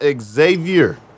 Xavier